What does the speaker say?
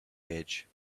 hedge